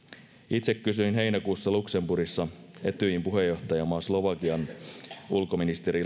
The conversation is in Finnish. itse kysyin heinäkuussa luxemburgissa etyjin puheenjohtajamaa slovakian ulkoministeri